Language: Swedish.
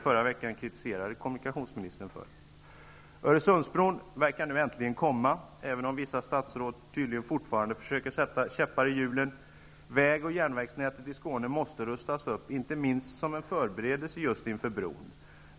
Det kritiserade jag kommunikationsministern för i förra veckan. Öresundsbron verkar nu äntligen komma, även om vissa statsråd tydligen fortfarande försöker sätta käppar i hjulen för den. Väg och järnvägsnätet i Skåne måste rustas upp, inte minst som en förberedelse inför bron.